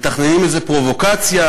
מתכננים איזו פרובוקציה,